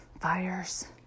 fires